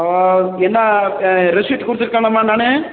என்ன ரிசிப்ட்டு கொடுத்துருக்கேனம்மா நான்